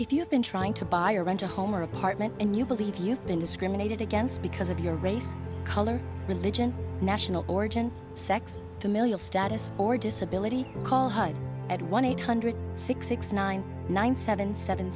if you have been trying to buy or rent a home or apartment and you believe you've been discriminated against because of your race color religion national origin sex familial status or disability call at one eight hundred six six nine nine seven seven